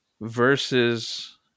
versus